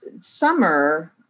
summer